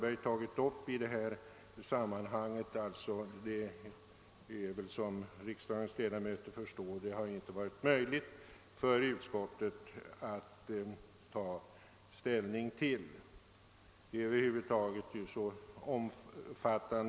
I övrigt har det inte, såsom riksdagens ledamöter förstår, varit möjligt för utskottet att ta ställning till de frågor som herr Lundberg väckt i detta sammanhang.